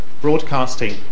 broadcasting